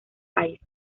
país